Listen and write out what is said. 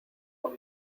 con